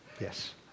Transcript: Yes